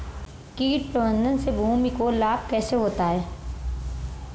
कीट प्रबंधन से भूमि को लाभ कैसे होता है?